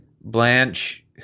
Blanche